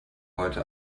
heute